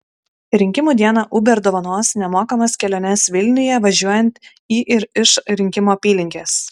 rinkimų dieną uber dovanos nemokamas keliones vilniuje važiuojant į ir iš rinkimų apylinkės